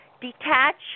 detach